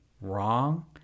wrong